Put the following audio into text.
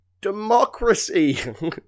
democracy